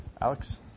Alex